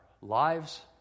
lives